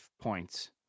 points